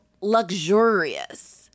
luxurious